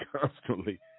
constantly